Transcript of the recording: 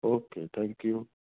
okay thank you